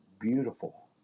beautiful